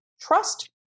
trust